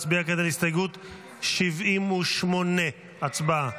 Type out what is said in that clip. כעת נצביע על הסתייגות 77. הצבעה.